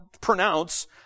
pronounce